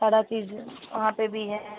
सारी चीज़ वहाँ पर भी है